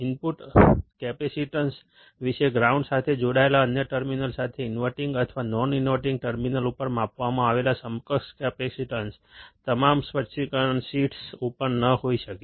input capacitance વિશે ground સાથે જોડાયેલા અન્ય ટર્મિનલ સાથે ઇન્વર્ટીંગ અથવા નોન ઇન્વર્ટીંગ ટર્મિનલ ઉપર માપવામાં આવેલો સમકક્ષ કેપેસીટન્સ તમામ સ્પષ્ટીકરણ શીટ્સ ઉપર ન હોઈ શકે